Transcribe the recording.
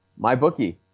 MyBookie